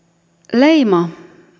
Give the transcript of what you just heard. leima